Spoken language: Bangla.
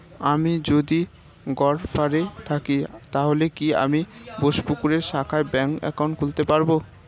আমি যদি গরফায়ে থাকি তাহলে কি আমি বোসপুকুরের শাখায় ব্যঙ্ক একাউন্ট খুলতে পারবো?